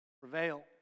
prevail